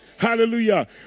Hallelujah